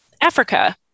Africa